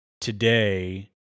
today